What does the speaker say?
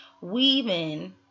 weaving